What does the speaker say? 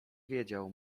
wiedział